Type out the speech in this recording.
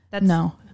No